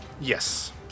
Yes